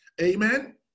Amen